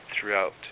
throughout